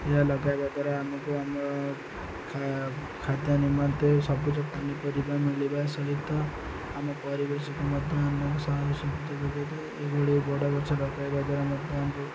ଏହା ଲଗାଇବା ଦ୍ୱାରା ଆମକୁ ଆମର ଖା ଖାଦ୍ୟ ନିମନ୍ତେ ସବୁଜ ପନିପରିବା ମିଳିବା ସହିତ ଆମ ପରିବେଶକୁ ମଧ୍ୟ ଆମକୁ ଶକ୍ତି ଯୋଗଏ ଏଭଳି ବଡ଼ ଗଛ ଲଗାଇବା ଦ୍ୱାରା ମଧ୍ୟ ଆମକୁ